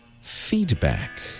feedback